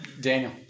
Daniel